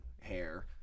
hair